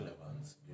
relevance